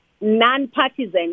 non-partisan